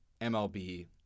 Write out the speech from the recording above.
MLB